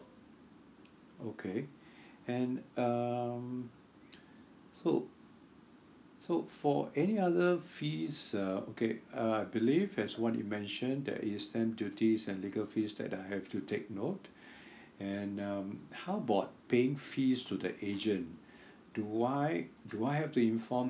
okay and um so so for any other fees uh okay uh I believe as what you mentioned there is stamp duty and legal fees that I have to take note and um how about paying fees to the agent do I do I have to inform